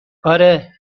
آره